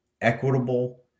equitable